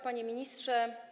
Panie Ministrze!